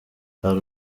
hari